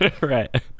right